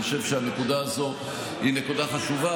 אני חושב שהנקודה הזאת היא נקודה חשובה,